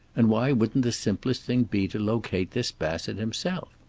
and why wouldn't the simplest thing be to locate this bassett himself?